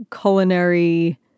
culinary